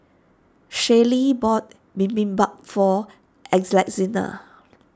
Shaylee bought Bibimbap for Alexina